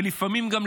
ולפעמים גם,